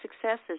successes